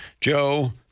Joe